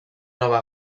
nova